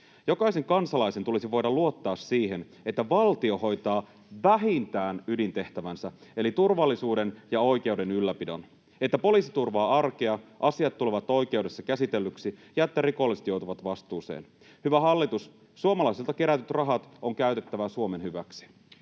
Jokaisen kansalaisen tulisi voida luottaa siihen, että valtio hoitaa vähintään ydintehtävänsä eli turvallisuuden ja oikeuden ylläpidon, että poliisi turvaa arkea, asiat tulevat oikeudessa käsitellyiksi ja että rikolliset joutuvat vastuuseen. Hyvä hallitus, suomalaisilta kerätyt rahat on käytettävä Suomen hyväksi.